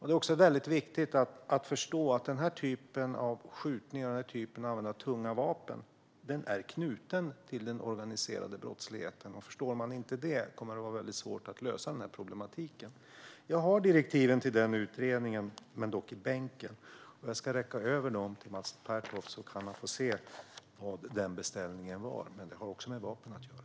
Det är väldigt viktigt att förstå att den här typen av skjutningar och användning av tunga vapen är knutna till den organiserade brottsligheten. Förstår man inte det kommer det att vara väldigt svårt att lösa problematiken. Jag har direktiven till utredningen, men de är i min bänk. Jag ska räcka över dem till Mats Pertoft så att han kan få se vad beställningen var. Det har också med vapen att göra.